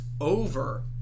over